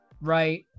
right